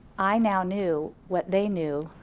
i now knew what they knew,